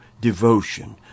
devotion